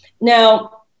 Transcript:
Now